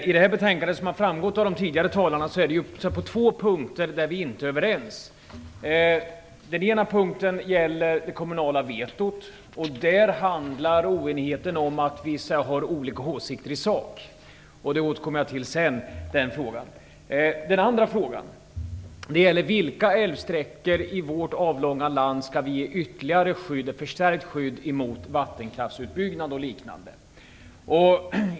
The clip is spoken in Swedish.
Fru talman! I det här betänkandet är det två punkter vi inte är överens om, vilket har framgått av de föregående talarna. För det första är det fråga om det kommunala vetot. Vi har olika åsikter i sak. Den frågan återkommer jag till. För det andra gäller det frågan om vilka älvsträckor i vårt avlånga land som skall få ett förstärkt skydd mot vattenkraftsutbyggnad o. dyl.